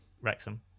Wrexham